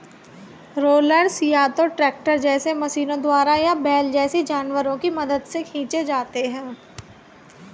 rollers या तो tractor जैसे मशीनों द्वारा या बैल जैसे जानवरों की मदद से खींचे जाते हैं